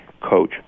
coach